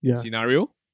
scenario